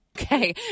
Okay